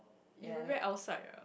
you read outside ah